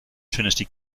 trinity